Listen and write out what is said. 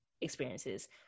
experiences